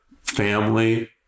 family